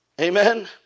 Amen